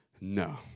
No